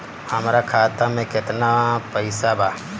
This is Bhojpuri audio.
हमरा खाता में केतना पइसा बा?